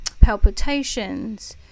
palpitations